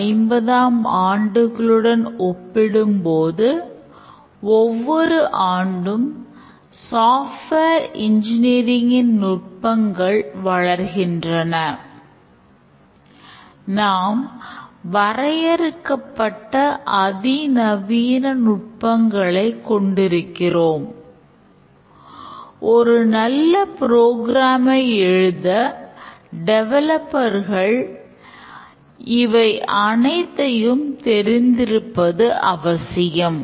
1950ம் ஆண்டுகளுடன் ஒப்பிடும்போது ஒவ்வொரு ஆண்டும் சாஃப்ட்வேர் இன்ஜினியரிங் இவை அனைத்தையும் தெரிந்திருப்பது அவசியம்